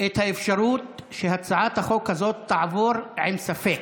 את האפשרות שהצעת החוק הזאת תעבור עם ספק,